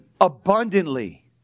abundantly